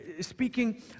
speaking